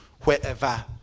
wherever